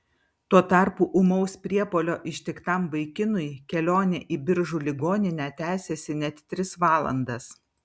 tuo tarpu ūmaus priepuolio ištiktam vaikinui kelionė į biržų ligoninę tęsėsi net tris valandas